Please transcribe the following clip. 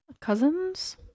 Cousins